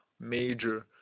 major